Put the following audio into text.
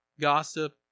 gossip